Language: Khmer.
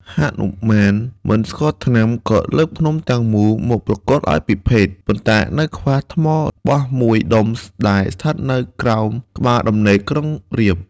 ហនុមានមិនស្គាល់ថ្នាំ ក៏លើកភ្នំទាំងមូលមកប្រគល់ឱ្យពិភេក ប៉ុន្តែនៅខ្វះថ្មបស់មួយដុំដែលស្ថិតនៅក្រោមក្បាលដំណេកក្រុងរាពណ៍។